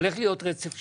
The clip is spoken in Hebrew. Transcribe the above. הולך להיות רצף שלטוני,